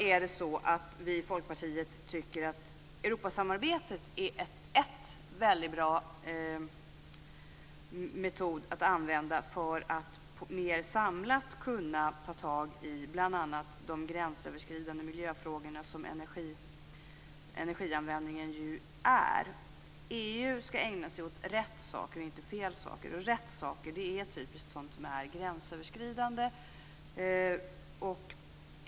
Vi i Folkpartiet tycker att Europasamarbetet är en väldigt bra metod att använda för att mer samlat kunna ta tag i bl.a. de gränsöverskridande miljöfrågorna som energianvändningen ju är. EU skall ägna sig åt rätt saker och inte fel saker. Rätt saker är sådant som är gränsöverskridande.